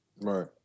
Right